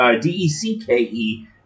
D-E-C-K-E